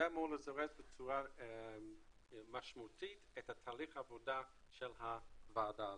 זה אמור לזרז בצורה משמעותית את תהליך העבודה של הוועדה הזאת.